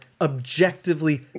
objectively